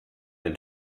den